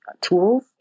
tools